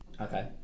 Okay